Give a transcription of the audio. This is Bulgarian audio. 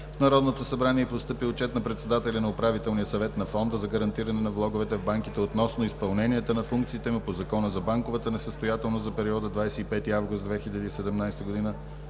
Народното събрание е постъпил Отчет на председателя на Управителния съвет на Фонда за гарантиране на влоговете в банките относно изпълненията на функциите му по Закона за банковата несъстоятелност за периода от 25 август 2017 г.